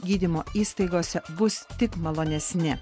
gydymo įstaigose bus tik malonesni